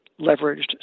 leveraged